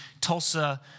Tulsa